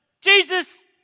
Jesus